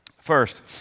First